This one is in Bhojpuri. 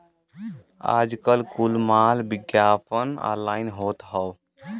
आजकल कुल माल के विग्यापन ऑनलाइन होत हौ